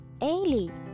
Ailey